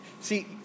See